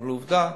אבל עובדה: